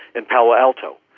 in palo alto.